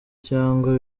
cyangwa